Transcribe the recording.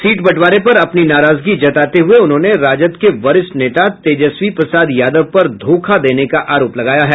seat बंटवारे पर अपनी नराजगी जताते हुये उन्होंने राजद के वरिष्ठ नेता तेजस्वी प्रसाद यादव पर धोखा देने का आरोप लगाया है